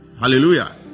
Hallelujah